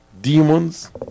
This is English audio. demons